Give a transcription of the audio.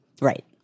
Right